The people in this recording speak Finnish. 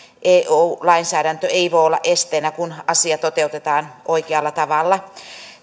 eu lainsäädäntö ei voi olla esteenä kunhan asia toteutetaan oikealla tavalla